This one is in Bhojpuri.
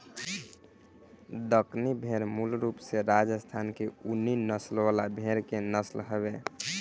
दक्कनी भेड़ मूल रूप से राजस्थान के ऊनी नस्ल वाला भेड़ के नस्ल हवे